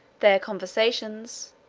their conversations.